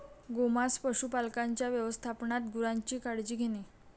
गोमांस पशुपालकांच्या व्यवस्थापनात गुरांची काळजी घेणे